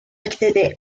accede